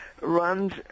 runs